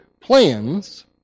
plans